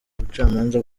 ubucamanza